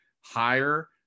higher